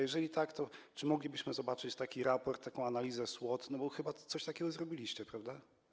Jeżeli tak, to czy moglibyśmy zobaczyć taki raport, analizę SWOT, bo chyba coś takiego zrobiliście, prawda?